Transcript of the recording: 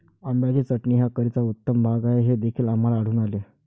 आंब्याची चटणी हा करीचा उत्तम भाग आहे हे देखील आम्हाला आढळून आले